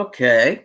Okay